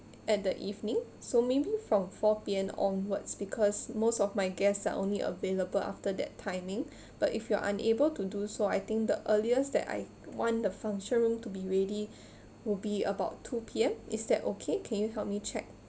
at the evening so maybe from four P_M onwards because most of my guests are only available after that timing but if you're unable to do so I think the earliest that I want the function room to be ready would be about two P_M is that okay can you help me check